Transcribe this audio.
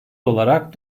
olarak